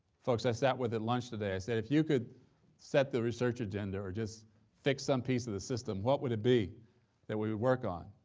folks i sat with at lunch today, i said, if you could set the research agenda or just fix some piece of the system, what would it be that we would work on?